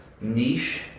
niche